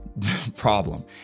problem